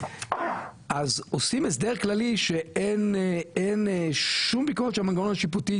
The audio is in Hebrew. אז עושים הסדר כללי שאין שום ביקורת של המנגנון השיפוטי,